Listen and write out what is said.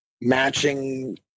matching